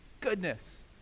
goodness